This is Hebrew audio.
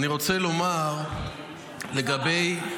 אני רוצה לומר לגבי --- השר,